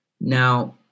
Now